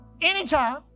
anytime